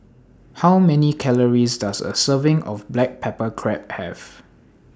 How Many Calories Does A Serving of Black Pepper Crab Have